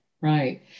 right